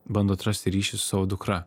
bando atrasti ryšį su savo dukra